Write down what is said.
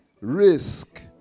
Risk